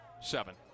seven